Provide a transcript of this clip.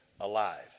alive